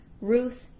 Ruth